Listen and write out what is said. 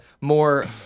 more